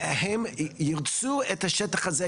והם ירצו את השטח הזה,